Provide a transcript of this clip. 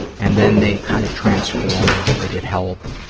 and then they kind of transform, they get help,